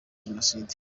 jenoside